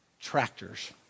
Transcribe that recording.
tractors